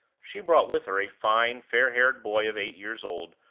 she brought with her a fine, fair-haired boy of eight years old,